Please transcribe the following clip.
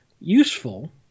useful